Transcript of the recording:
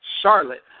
Charlotte